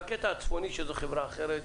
והקטע הצפוני שזו חברה אחרת,